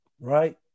right